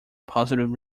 positive